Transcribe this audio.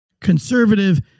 conservative